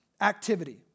activity